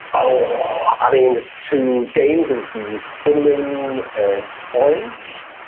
oh, i mean to danes it would be cinnamon and orange.